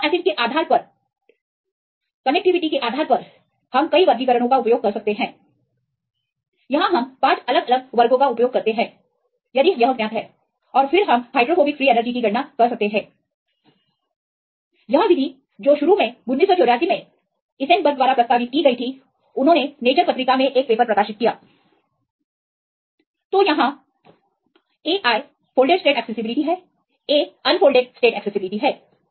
amino acid के आधार पर संयोजकता के आधार पर हम सादगी के लिए कई वर्गीकरणों का उपयोग कर सकते हैं यहां हम 5 अलग अलग वर्गों का उपयोग करते हैं यदि यह ज्ञात है और फिर हम हाइड्रोफोबिक फ्री एनर्जी की गणना कर सकते हैं यह विधि है जो शुरू में 1984 में ईसेनबर्ग द्वारा प्रस्तावित की गई थी उन्होंने नेचर पत्रिका मे एक पेपर प्रकाशित किया तो यहाँ Ai फोल्डेड स्टेट एक्सेसिबिलिटी है Aअनफोल्डेड अनफोल्डेड स्टेट एक्सेसिबिलिटी है